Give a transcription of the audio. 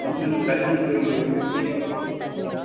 one month service உங்களுக்கு வந்து ஃப்ரீயாக பண்ணி கொடுத்துருவோம்